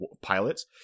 pilots